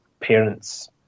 parents